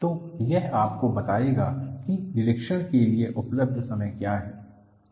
तो यह आपको बताएगा कि निरीक्षण के लिए उपलब्ध समय क्या है